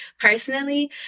personally